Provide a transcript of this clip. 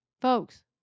Folks